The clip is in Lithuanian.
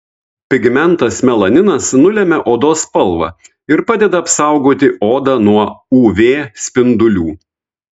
pigmentas melaninas nulemia odos spalvą ir padeda apsaugoti odą nuo uv spindulių